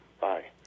Bye